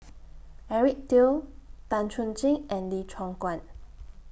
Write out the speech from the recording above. Eric Teo Tan Chuan Jin and Lee Choon Guan